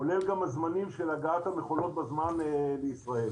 כולל גם הזמנים של הגעת המכולות בזמן לישראל.